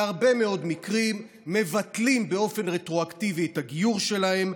בהרבה מאוד מקרים מבטלים באופן רטרואקטיבי את הגיור שלהם,